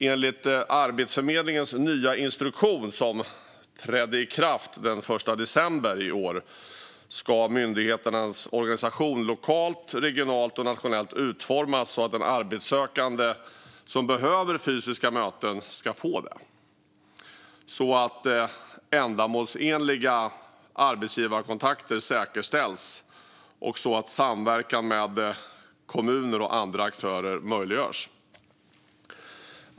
Enligt Arbetsförmedlingens nya instruktion, som trädde i kraft den 1 december i år, ska myndighetens organisation lokalt, regionalt och nationellt utformas så att de arbetssökande som behöver fysiska möten ska få det, så att ändamålsenliga arbetsgivarkontakter säkerställs och så att samverkan med kommuner och andra aktörer möjliggörs.